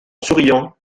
souriant